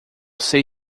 sei